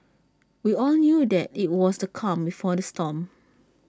we all knew that IT was the calm before the storm